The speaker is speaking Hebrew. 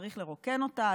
צריך לרוקן אותה,